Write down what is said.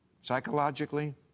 psychologically